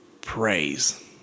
praise